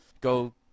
Go